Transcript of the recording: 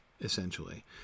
essentially